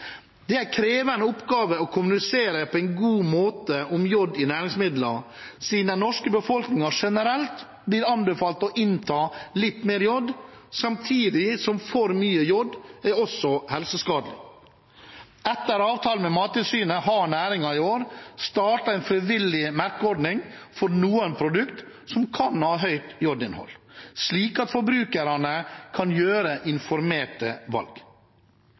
Det er en krevende oppgave å kommunisere på en god måte om jod i næringsmidler, siden den norske befolkningen generelt blir anbefalt å innta litt mer jod, samtidig som for mye jod også er helseskadelig. Etter avtale med Mattilsynet har næringen i år startet en frivillig merkeordning for noen produkter som kan ha høyt jodinnhold, slik at forbrukerne kan foreta informerte valg.